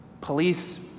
police